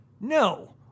No